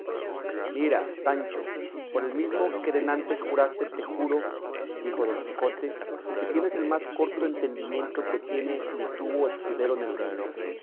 mira sancho por el mismo que denantes juraste te juro dijo don quijote que tienes el más corto entendimiento que tiene ni tuvo escudero en el mundo